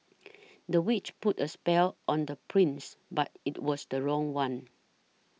the witch put a spell on the prince but it was the wrong one